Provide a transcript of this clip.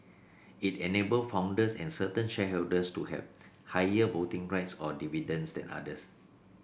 it enable founders and certain shareholders to have higher voting rights or dividends than others